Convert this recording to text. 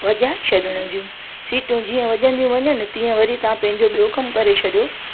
वॼाए छॾण जूं सिटियूं जीअं वॼंदियूं वञनि तीअं वरी तव्हां पंहिंजो ॿियों कमु करे छॾियो